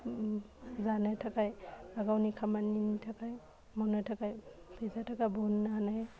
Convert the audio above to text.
उम जानो थाखाइ गावनि खामानिनि थाखाइ मावनो थाखाइ फैसा थाखा बहन्नो हानाय